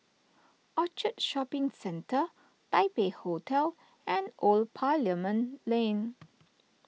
Orchard Shopping Centre Taipei Hotel and Old Parliament Lane